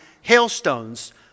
hailstones